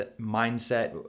mindset